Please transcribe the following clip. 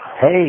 Hey